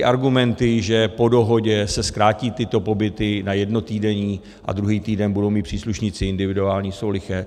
Argumenty, že po dohodě se tyto pobyty zkrátí na jednotýdenní a druhý týden budou mít příslušníci individuální, jsou liché.